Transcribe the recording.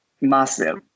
massive